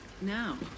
now